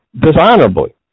dishonorably